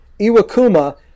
Iwakuma